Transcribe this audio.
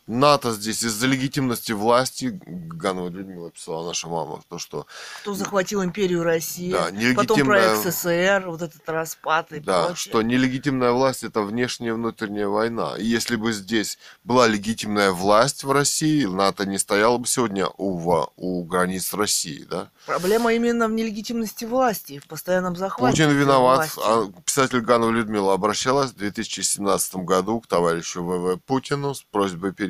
НАТО здесь из-за легитимности власти, Ганова Людмила писала, наша мама, то, что- Кто захватил империю Россия, Да, потом проект нелегитимная- СССР, вот этот распад и Да, прочее. что нелегитимная власть — это внешняя и внутренняя война. И если бы здесь была легитимная власть в России, НАТО не стояло бы сегодня у во- у границ России, да? Проблема именно в нелегитимности власти, в постоянном захвате Путин этой виноват. власти. А писатель Ганова Людмила обращалась в 2017 году к товарищу В.В. Путину с просьбой